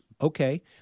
Okay